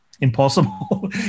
impossible